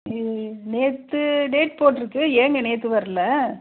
நேற்று டேட் போட்டிருக்கு ஏங்க நேற்று வரல